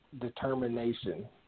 determination